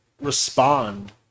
respond